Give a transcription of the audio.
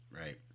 Right